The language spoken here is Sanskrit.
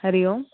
हरि ओम्